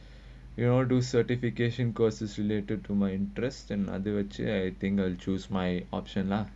you know do certification courses related to my interest and other chair I think I'll choose my option lah